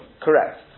Correct